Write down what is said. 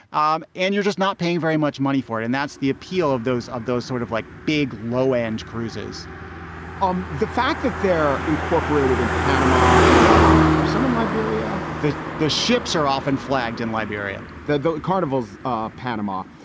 um and you're just not paying very much money for it. and that's the appeal of those of those sort of like big low end cruises um the fact that they're incorporated in panama or are some in liberia, that the ships are often flagged in liberia, the the carnival's ah panama.